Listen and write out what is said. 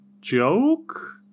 joke